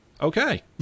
Okay